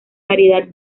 variedad